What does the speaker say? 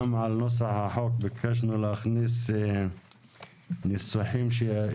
גם בנוסח החוק ביקשנו להכניס מסמכים שאולי